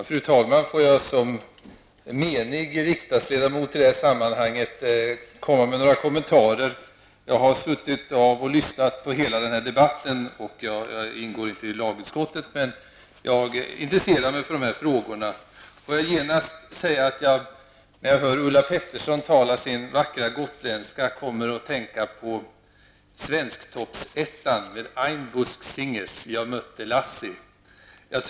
Fru talman! Låt mig som en i sammanhanget menig riksdagsledamot komma med några kommentarer. Jag har suttit och lyssnat på hela debatten. Jag ingår inte i lagutskottet, men jag intresserar mig för de här frågorna. När jag hör Ulla Pettersson tala sin vackra gotländska kommer jag att tänka på svensktoppsettan med Ainbusk Singers, Jag mötte Lassie.